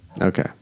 Okay